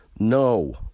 no